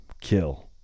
kill